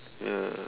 ya